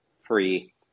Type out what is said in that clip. free